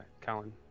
Colin